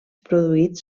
produïts